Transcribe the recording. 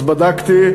אז בדקתי.